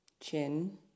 Chin